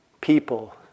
People